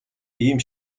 ийм